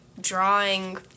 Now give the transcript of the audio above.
drawing